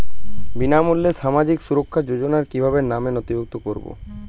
বিনামূল্যে সামাজিক সুরক্ষা যোজনায় কিভাবে নামে নথিভুক্ত করবো?